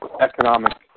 economic